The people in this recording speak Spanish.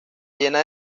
llena